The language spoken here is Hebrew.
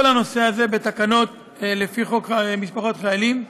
הנושא הזה היא בתקנות לפי חוק משפחות חיילים.